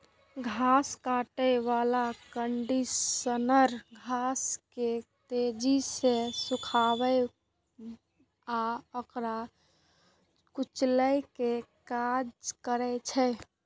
घास काटै बला कंडीशनर घास के तेजी सं सुखाबै आ ओकरा कुचलै के काज करै छै